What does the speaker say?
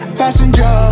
passenger